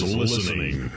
listening